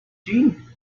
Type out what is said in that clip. gin